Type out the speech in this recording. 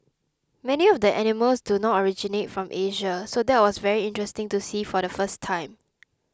many of the animals do not originate from Asia so that was very interesting to see for the first time